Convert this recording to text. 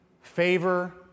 favor